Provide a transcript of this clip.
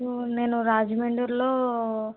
so నేను రాజమండ్రిలో